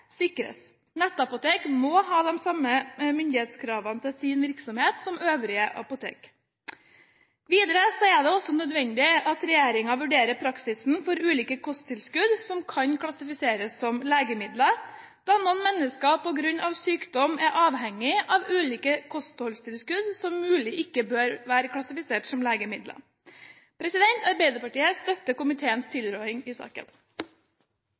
Nettapotek må ha de samme myndighetskravene til sin virksomhet som øvrige apotek. Videre er det også nødvendig at regjeringen vurderer praksisen for hvilke kosttilskudd som klassifiseres som legemidler, da noen mennesker på grunn av sykdom er avhengig av ulike kosttilskudd som muligens ikke bør være klassifìsert som legemidler. Arbeiderpartiet støtter komiteens tilråding i saken.